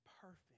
perfect